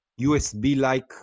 USB-like